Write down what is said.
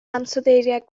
ansoddeiriau